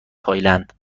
تایلند